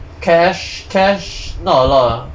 cash cash not a lot ah